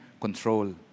control